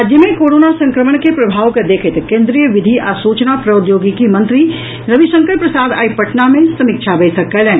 राज्य मे कोरोना संक्रमण के प्रभाव के देखैत केंद्रीय विधि आ सूचना प्रौद्योगिकी मंत्री रविशंकर प्रसाद आइ पटना मे समीक्षा बैसक कयलनि